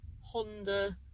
Honda